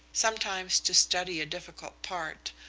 sometimes to study a difficult part,